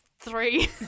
Three